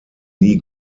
nie